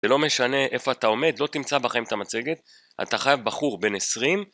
זה לא משנה איפה אתה עומד, לא תמצא בחיים את המצגת. אתה חייב בחור בן 20...